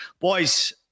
boys